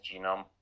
genome